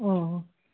ಹ್ಞೂ